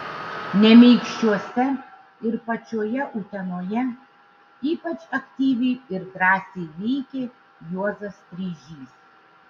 nemeikščiuose ir pačioje utenoje ypač aktyviai ir drąsiai veikė juozas streižys